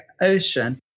Ocean